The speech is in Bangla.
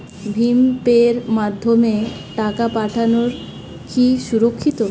ভিম পের মাধ্যমে টাকা পাঠানো কি সুরক্ষিত?